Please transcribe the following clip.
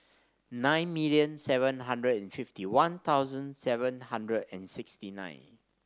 nine million seven hundred and fifty One Thousand seven hundred and sixty nine